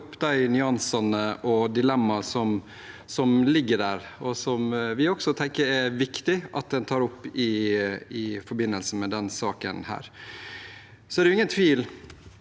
de nyansene og dilemmaene som finnes, og som vi tenker det er viktig at en tar opp i forbindelse med denne saken. Det er ingen tvil